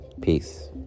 Peace